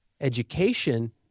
education